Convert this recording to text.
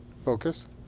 focus